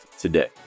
today